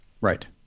Right